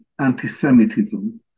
antisemitism